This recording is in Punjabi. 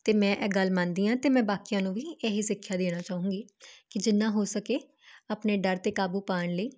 ਅਤੇ ਮੈਂ ਇਹ ਗੱਲ ਮੰਨਦੀ ਹਾਂ ਅਤੇ ਮੈਂ ਬਾਕੀਆਂ ਨੂੰ ਵੀ ਇਹ ਹੀ ਸਿੱਖਿਆ ਦੇਣਾ ਚਾਹੂੰਗੀ ਵੀ ਕਿ ਜਿੰਨਾ ਹੋ ਸਕੇ ਆਪਣੇ ਡਰ 'ਤੇ ਕਾਬੂ ਪਾਉਣ ਲਈ